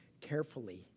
carefully